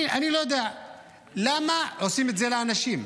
אני לא יודע למה עושים את זה לאנשים.